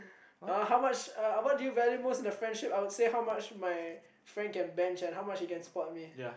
uh how much uh what do you value in a friendship I would say how much my friend can bench and how much he can spot me